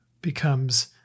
becomes